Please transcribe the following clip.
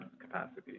capacity